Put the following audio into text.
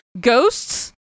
ghosts